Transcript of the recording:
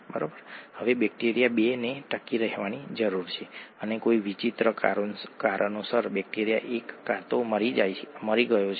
અને એક ખૂબ જ નાનો ભાગ 10 7 તે જે છે અને તેથી જ pH 7 છે હાઇડ્રોજન આયન સાંદ્રતાનો ઋણ લોગ બરાબર